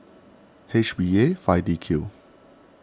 H B A five D Q